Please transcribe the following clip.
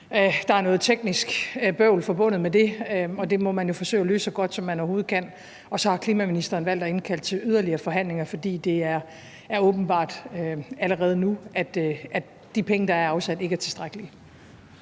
Der er noget teknisk bøvl forbundet med det, og det må man jo forsøge at løse så godt, som man overhovedet kan. Og så har klimaministeren valgt at indkalde til yderligere forhandlinger, fordi det allerede nu er åbenbart, at de penge, der er afsat, ikke er tilstrækkelige.